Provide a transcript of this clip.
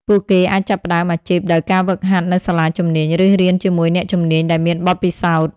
ពួកគេអាចចាប់ផ្តើមអាជីពដោយការហ្វឹកហាត់នៅសាលាជំនាញ ឬរៀនជាមួយអ្នកជំនាញដែលមានបទពិសោធន៍។